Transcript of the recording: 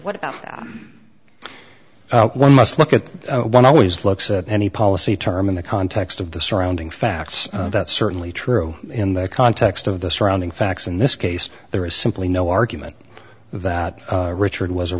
that one must look at one always looks at any policy term in the context of the surrounding facts that's certainly true in the context of the surrounding facts in this case there is simply no argument that richard was a